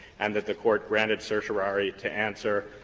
and that the court granted certiorari to answer,